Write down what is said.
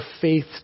faith